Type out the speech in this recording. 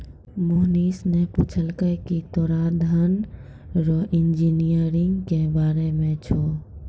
मोहनीश ने पूछलकै की तोरा धन रो इंजीनियरिंग के बारे मे छौं?